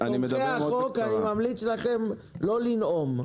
תומכי החוק, אני ממליץ לכם לא לנאום.